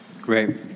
Great